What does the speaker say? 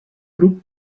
grup